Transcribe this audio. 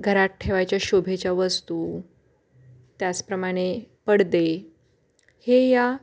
घरात ठेवायच्या शोभेच्या वस्तू त्याचप्रमाणे पडदे हे या